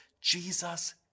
Jesus